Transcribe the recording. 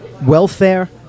welfare